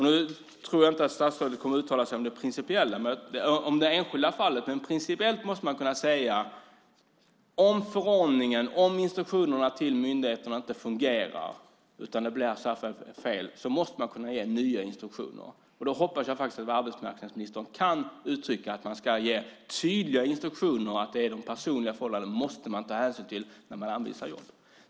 Nu tror jag inte att statsrådet kommer att uttala sig om det enskilda fallet, men principiellt måste han kunna säga att om instruktionerna till myndigheterna inte fungerar och det blir så här så måste man kunna ge nya instruktioner. Jag hoppas faktiskt att arbetsmarknadsministern kan uttrycka att man ska ge tydliga instruktioner om att man måste ta hänsyn till personliga förhållanden när man anvisar jobb.